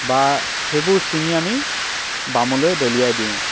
বা সেইবোৰ ছিঙি আমি বামলৈ দলিয়াই দিওঁ